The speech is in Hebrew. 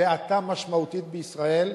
והאטה משמעותית בישראל,